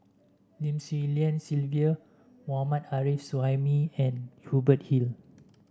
Lim Swee Lian Sylvia Mohammad Arif Suhaimi and Hubert Hill